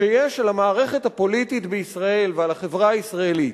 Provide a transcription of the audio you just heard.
שיש על המערכת הפוליטית בישראל ועל החברה הישראלית,